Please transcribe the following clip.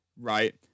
Right